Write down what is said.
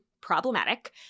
problematic